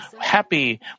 happy